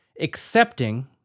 accepting